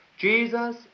Jesus